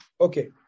Okay